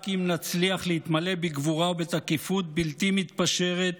רק אם נצליח להתמלא בגבורה ובתקיפות בלתי מתפשרות